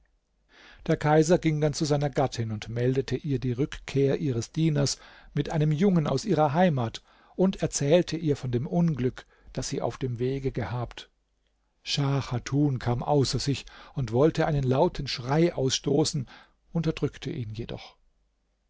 der kaiser ging dann zu seiner gattin und meldete ihr die rückkehr ihres dieners mit einem jungen aus ihrer heimat und erzählte ihr von dem unglück das sie auf dem wege gehabt schah chatun kam außer sich und wollte einen lauten schrei ausstoßen unterdrückte ihn jedoch